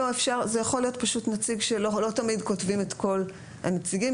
לא תמיד כותבים את כל הנציגים.